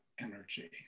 energy